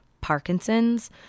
Parkinson's